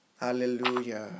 Hallelujah